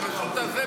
רשות הזה,